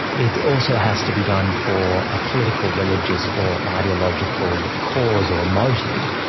it also has to be done for a political, religious, or ideological cause or motive,